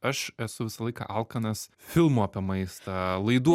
aš esu visą laiką alkanas filmų apie maistą laidų